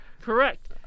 Correct